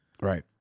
Right